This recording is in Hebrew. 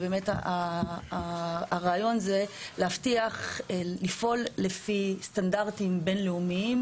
הרעיון זה לפעול לפי סטנדרטים בין-לאומיים